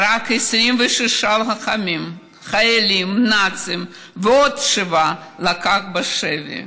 הרג 26 לוחמים חיילים נאצים, ועוד שבעה לקח בשבי.